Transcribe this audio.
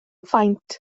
faint